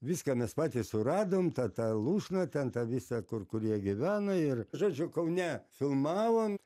viską mes patys suradom tą tą lūšną ten tą visą kur kur jie gyvena ir žodžiu kaune filmavom